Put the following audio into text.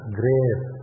grace